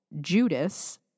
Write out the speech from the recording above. Judas